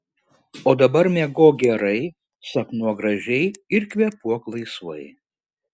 o dabar miegok gerai sapnuok gražiai ir kvėpuok laisvai